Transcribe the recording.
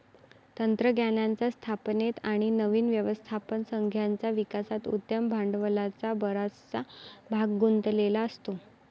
तंत्रज्ञानाच्या स्थापनेत आणि नवीन व्यवस्थापन संघाच्या विकासात उद्यम भांडवलाचा बराचसा भाग गुंतलेला असतो